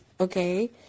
okay